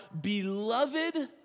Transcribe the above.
beloved